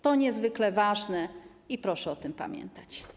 To niezwykle ważne i proszę o tym pamiętać.